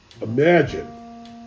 Imagine